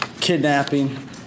kidnapping